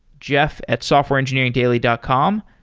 jeff at softwareengineeringdaily dot com.